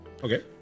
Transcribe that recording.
Okay